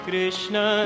Krishna